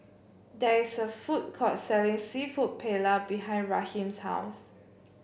there is a food court selling seafood Paella behind Raheem's house